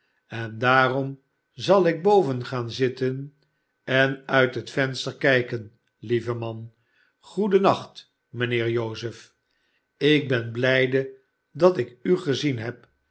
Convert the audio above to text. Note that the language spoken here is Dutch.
en daarom zal ik boven gaan zitten en uit net venster kijken lieve man goeden nacht mijnheer joseph ik ben blijde dat ik u gezien heb